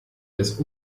des